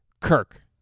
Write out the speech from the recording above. Kirk